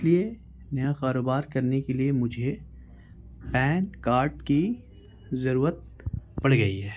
اس لیے نیا کاروبار کرنے کے لیے مجھے پین کارڈ کی ضرورت پڑ گئی ہے